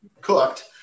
cooked